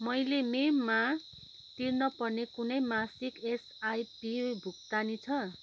मैले मेमा तिर्नपर्ने कुनै मासिक एसआइपी भुक्तानी छ